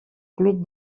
club